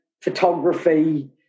photography